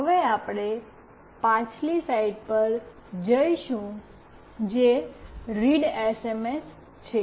હવે આપણે પાછલી સ્લાઈડ પર જઈશું જે રીડએસએમએસ છે